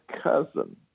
cousin